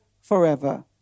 forever